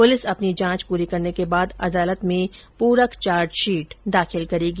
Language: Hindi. पुलिस अपनी जांच पूरी करने के बाद अदालत में पूरक चार्जशीट दाखिल करेगी